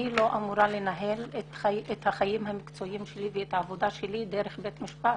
אני לא אמורה לנהל את החיים המקצועיים שלי ואת העבודה שלי דרך בית משפט.